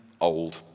old